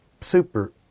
super